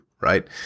right